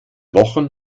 wochen